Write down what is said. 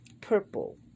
purple